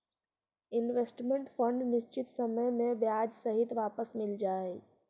investment fund निश्चित समय में ब्याज सहित वापस मिल जा हई